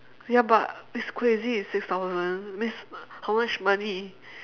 ya but it's crazy it's six thousand means how much money